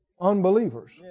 unbelievers